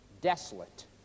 desolate